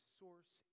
source